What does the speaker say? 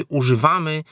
używamy